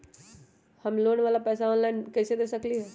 हम लोन वाला पैसा ऑनलाइन कईसे दे सकेलि ह?